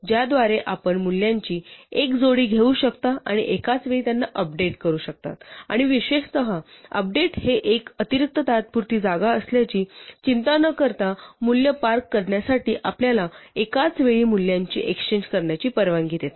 ज्याद्वारे आपण मूल्यांची एक जोडी घेऊ शकता आणि एकाच वेळी त्यांना अपडेट करू शकता आणि विशेषतः अपडेट हे एक अतिरिक्त तात्पुरती जागा असल्याची चिंता न करता मूल्य पार्क करण्यासाठी आपल्याला एकाच वेळी मूल्यांची एक्सचेन्ज करण्याची परवानगी देते